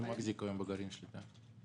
מי מחזיק היום בגרעין שליטה?